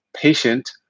patient